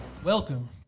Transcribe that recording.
Welcome